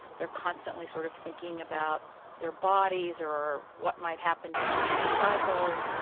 they're constantly sort of thinking about their bodies or what might happen during the next cycle,